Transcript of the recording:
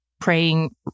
praying